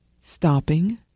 stopping